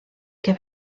que